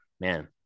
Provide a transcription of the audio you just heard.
man